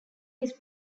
his